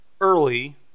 early